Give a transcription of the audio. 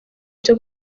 byo